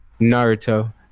Naruto